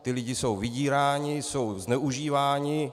Ti lidé jsou vydíráni, jsou zneužíváni.